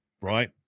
right